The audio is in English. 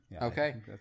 Okay